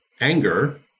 anger